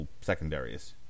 secondaries